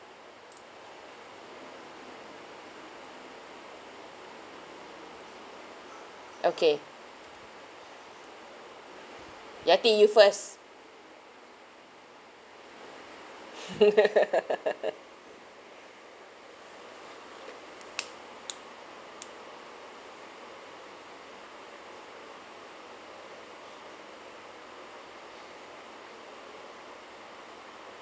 okay I think you first